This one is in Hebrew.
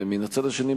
ומן הצד השני,